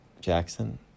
Jackson